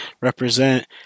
represent